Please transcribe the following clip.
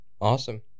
Awesome